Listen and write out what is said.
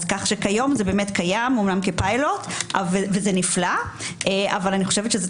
היום זה קיים אומנם כפילוט וזה נפלא אבל אני חושבת שזה